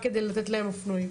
רק כדי לתת להם אופנועים.